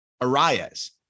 Arias